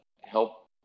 help